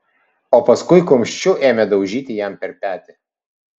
o paskui kumščiu ėmė daužyti jam per petį